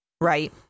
right